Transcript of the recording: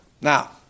Now